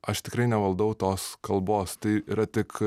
aš tikrai nevaldau tos kalbos tai yra tik